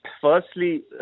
firstly